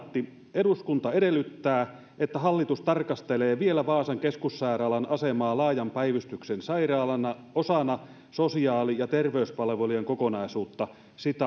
eduskunta edellyttää että hallitus tarkastelee vielä vaasan keskussairaalan asemaa laajan päivystyksen sairaalana osana sosiaali ja terveyspalvelujen kokonaisuutta